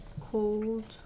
cold